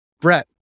Brett